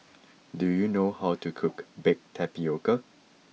do you know how to cook Baked Tapioca